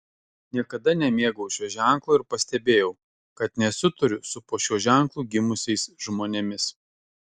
niekada nemėgau šio ženklo ir pastebėjau kad nesutariu su po šiuo ženklu gimusiais žmonėmis